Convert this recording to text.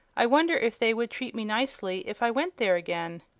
i wonder if they would treat me nicely if i went there again.